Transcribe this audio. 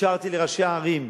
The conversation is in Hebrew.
אפשרתי לראשי הערים,